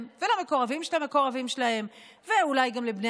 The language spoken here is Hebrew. ולמקורבים שלהם ולמקורבים של המקורבים שלהם ואולי גם לבני